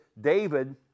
David